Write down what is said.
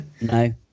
no